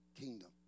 Kingdom